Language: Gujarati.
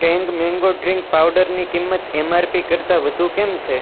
ટેંગ મેંગો ડ્રીંક પાવડર ની કિંમત એમઆરપી કરતાં વધુ કેમ છે